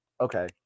Okay